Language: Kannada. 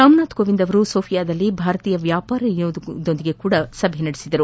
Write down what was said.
ರಾಮನಾಥ್ ಕೋವಿಂದ್ ಅವರು ಸೋಫಿಯಾದಲ್ಲಿ ಭಾರತೀಯ ವ್ಯಾಪಾರ ನಿಯೋಗದೊಂದಿಗೂ ಸಭೆ ನಡೆಸಿದರು